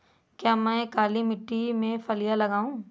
क्या मैं काली मिट्टी में फलियां लगाऊँ?